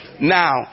Now